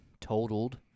totaled